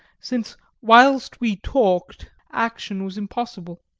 since whilst we talked action was impossible.